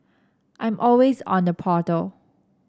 I'm always on the portal